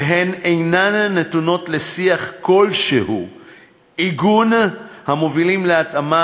והן אינן נתונות לשיח כלשהו או לעיגון המובילים להתאמה